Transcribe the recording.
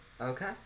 Okay